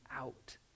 out